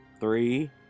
Three